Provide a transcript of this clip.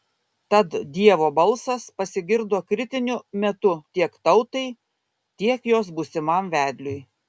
tad dievo balsas pasigirdo kritiniu metu tiek tautai tiek jos būsimam vedliui